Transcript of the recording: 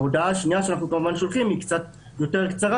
ההודעה השנייה שאנחנו שולחים היא קצת יותר קצרה